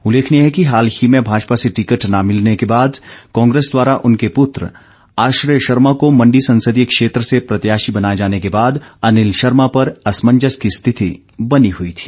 उल्लेखनीय है कि हाल ही में भाजपा से टिकट न मिलने के बाद कांग्रेस द्वारा उनके पुत्र आश्रय शर्मा को मण्डी संसदीय क्षेत्र से प्रत्याशी बनाए जाने के बाद अनिल शर्मा पर असमंजस की स्थिति बनी हुई थी